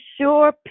sure